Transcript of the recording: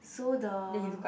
so the